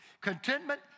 Contentment